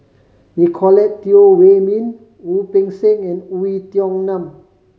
Nicolette Teo Wei Min Wu Peng Seng and Oei Tiong Ham